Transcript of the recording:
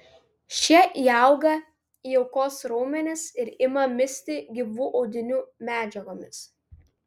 šie įauga į aukos raumenis ir ima misti gyvų audinių medžiagomis